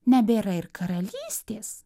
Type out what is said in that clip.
nebėra ir karalystės